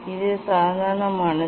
இது சாதாரணமானது